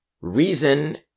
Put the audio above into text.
reason